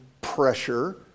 pressure